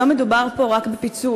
לא מדובר פה רק בפיצוי.